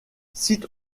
site